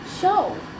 show